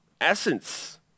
essence